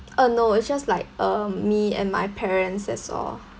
uh no it's just like uh me and my parents that's all